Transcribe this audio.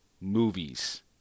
movies